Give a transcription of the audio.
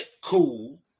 cool